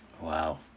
Wow